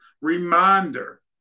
reminder